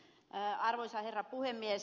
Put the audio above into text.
arvoisa herra puhemies